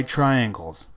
Triangles